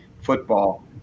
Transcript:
football